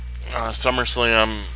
SummerSlam